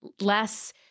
less